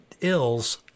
ills